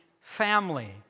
family